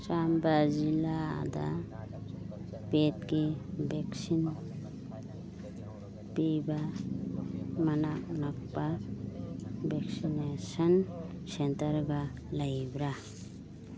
ꯆꯥꯝꯕꯥ ꯖꯤꯜꯂꯥꯗ ꯄꯦꯗꯀꯤ ꯚꯦꯛꯁꯤꯟ ꯄꯤꯕ ꯃꯅꯥꯛ ꯅꯛꯄ ꯚꯦꯛꯁꯤꯅꯦꯁꯟ ꯁꯦꯟꯇꯔꯒ ꯂꯩꯕ꯭ꯔꯥ